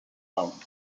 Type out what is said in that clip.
own